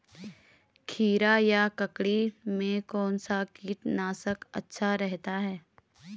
खीरा या ककड़ी में कौन सा कीटनाशक अच्छा रहता है?